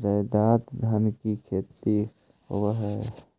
ज्यादातर धान की खेती होव हई